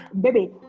baby